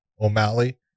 O'Malley